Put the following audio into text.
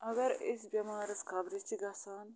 اگر أسۍ بٮ۪مارَس خَبرِ چھِ گَژھان